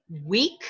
week